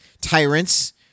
tyrants